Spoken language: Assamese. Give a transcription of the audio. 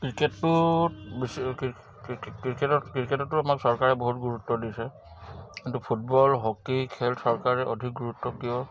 ক্ৰিকেটটোত ক্ৰিকেটত ক্ৰিকেটতো আমাক চৰকাৰে বহুত গুৰুত্ব দিছে কিন্তু ফুটবল হকী খেল চৰকাৰে অধিক গুৰুত্ব